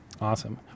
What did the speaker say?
Awesome